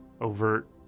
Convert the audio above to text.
overt